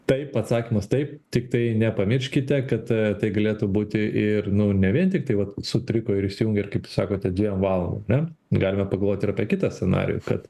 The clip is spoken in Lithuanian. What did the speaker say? taip atsakymas taip tiktai nepamirškite kad tai galėtų būti ir nu ne vien tiktai vat sutriko ir išsijungė ir kaip sakote dviem valandom ane galima pagalvoti ir apie kitą scenarijų kad